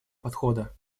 подхода